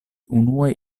unue